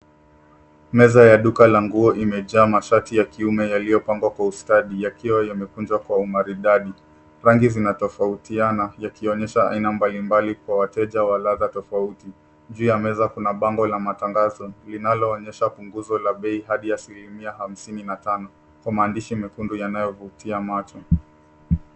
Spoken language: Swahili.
Meza ya duka la nguo imejaa mashati ya kiume yaliyopangwa kwa ustadi yakiwa yamekunjwa kwa umaridadi. Rangi zinatofautiana yakionyesha aina mbalimbali kwa wateja wa ladha tofauti. Juu ya meza kuna bango la matangazo linaloonyesha punguzo la bei hadi asilimia hamsini na tano kwa maandishi mekundu yanayovutia macho.